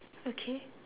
okay